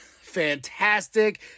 fantastic